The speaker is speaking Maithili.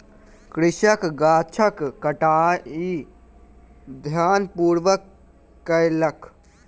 कृषक गाछक छंटाई ध्यानपूर्वक कयलक